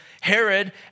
Herod